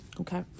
Okay